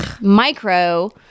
micro